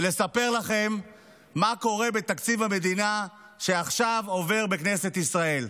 לספר לכם מה קורה בתקציב המדינה שעכשיו עובר בכנסת ישראל.